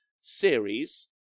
series